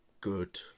good